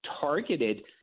targeted